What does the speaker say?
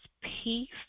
peace